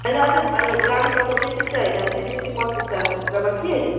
होइन अझ भयो भने लानु पर्छ बेसी चाहिँ होइन बिसदेखि पच्चिसजना भित्रमा कि